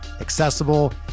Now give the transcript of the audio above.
accessible